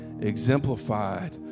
exemplified